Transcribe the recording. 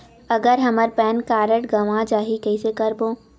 अगर हमर PAN card गवां जाही कइसे करबो?